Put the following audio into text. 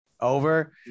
Over